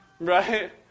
Right